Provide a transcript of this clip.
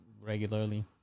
regularly